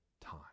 time